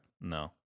No